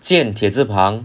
建铁字旁